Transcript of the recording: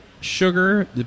sugar